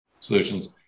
solutions